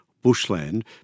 bushland